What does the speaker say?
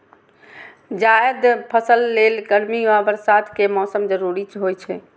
जायद फसल लेल गर्मी आ बरसात के मौसम जरूरी होइ छै